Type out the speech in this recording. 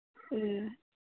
ꯎꯝ